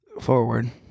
forward